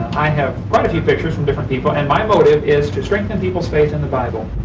i have quite a few pictures from different people. and my motive is to strength and people's faith in the bible.